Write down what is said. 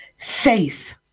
Faith